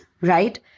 right